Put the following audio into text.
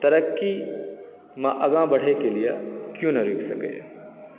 तरक्की मे आगाँ बढ़य के लिए केओ नहि रोकि सकैया